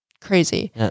crazy